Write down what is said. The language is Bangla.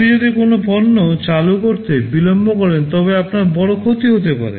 আপনি যদি কোনও পণ্য চালু করতে বিলম্ব করেন তবে আপনার বড় ক্ষতি হতে পারে